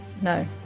no